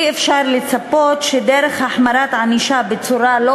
אי-אפשר לצפות שדרך החמרת ענישה בצורה לא